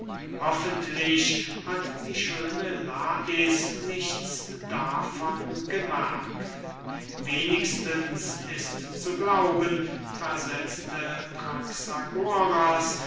hoffentlich hat die schöne lais nichts davon gemerkt wenigstens ist zu glauben versetzte